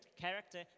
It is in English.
character